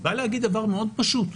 זה דבר מאוד פשוט,